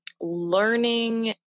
learning